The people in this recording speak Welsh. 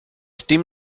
dim